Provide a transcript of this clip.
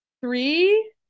three